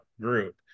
group